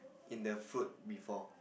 in the fruit before